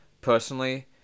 personally